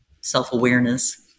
self-awareness